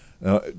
Now